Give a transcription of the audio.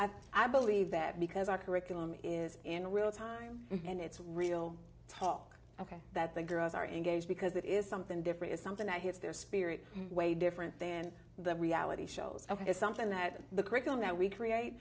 i've i believe that because our curriculum is in real time and it's real talk ok that the girls are engaged because that is something different is something that hits their spirit way different than the reality shows is something that the curriculum that we create